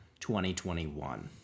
2021